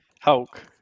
Hulk